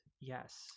yes